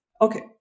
okay